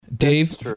Dave